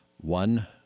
one